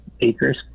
acres